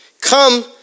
Come